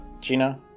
Gina